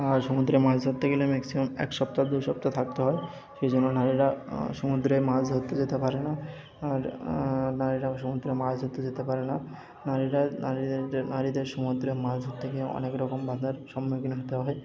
আর সমুদ্রে মাছ ধরতে গেলে ম্যাক্সিমাম এক সপ্তাহ দুই সপ্তাহ থাকতে হয় সেই জন্য নারীরা সমুদ্রে মাছ ধরতে যেতে পারে না আর নারীরা সমুদ্রে মাছ ধরতে যেতে পারে না নারীরা নারী নারীদের সমুদ্রে মাছ ধরতে গিয়ে অনেক রকম বাধার সম্মুখীন হতে হয়